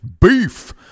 beef